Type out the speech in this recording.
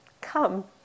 come